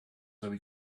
though